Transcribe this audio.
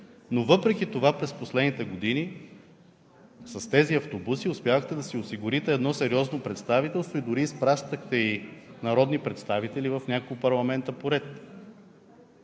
но въпреки това през последните години с тези автобуси успявахте да си осигурите едно сериозно представителство и дори изпращахте и народни представители в няколко парламента поред.